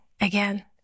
again